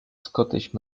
scottish